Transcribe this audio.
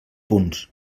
punts